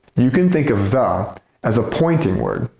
you can think of the as a pointing word,